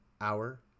Hour